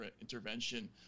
intervention